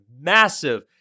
massive